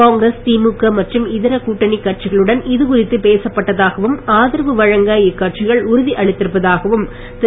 காங்கிரஸ் திமுக மற்றும் இதர கூட்டணிக் கட்சிகளுடன் இதுகுறித்து பேசப்பட்டதாகவும் ஆதரவு வழங்க இக்கட்சிகள் உறுதி அளித்திருப்பதாகவும் திரு